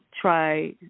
try